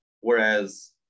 whereas